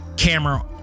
Camera